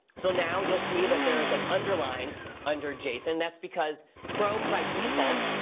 so now, you'll see that there is an underline under jason. that's because chrome, by default,